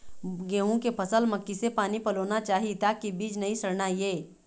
गेहूं के फसल म किसे पानी पलोना चाही ताकि बीज नई सड़ना ये?